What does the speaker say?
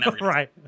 Right